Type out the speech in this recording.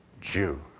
Jew